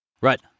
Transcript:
Right